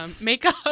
makeup